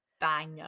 banger